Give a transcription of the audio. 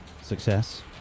Success